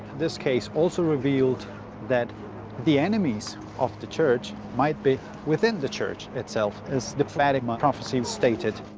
this case also revealed that the enemies of the church might be within the church itself, as the fatima prophecy stated.